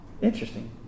Interesting